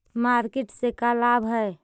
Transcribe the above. Market से का लाभ है?